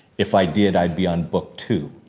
if i did i'd be on book two.